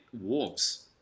wolves